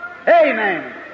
Amen